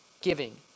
giving